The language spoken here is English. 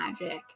magic